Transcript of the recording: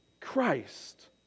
Christ